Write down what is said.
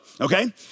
okay